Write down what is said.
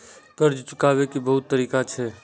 कर्जा चुकाव के बहुत तरीका छै?